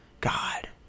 God